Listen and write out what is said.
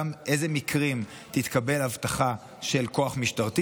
גם באיזה מקרים תתקבל אבטחה של כוח משטרתי